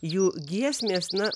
jų giesmės na